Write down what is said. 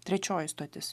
trečioji stotis